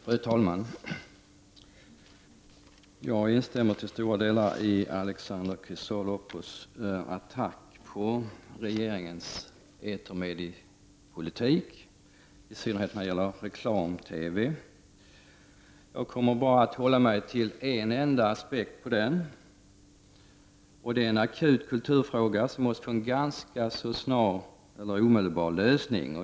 Fru talman! Jag instämmer till stora delar i Alexander Chrisopoulos attack mot regeringens etermediepolitik, i synnerhet när det gäller reklam-TV. Jag kommer bara att hålla mig till en enda aspekt på den, och det är en akut kulturfråga som måste få en omedelbar lösning.